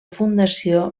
fundació